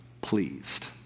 pleased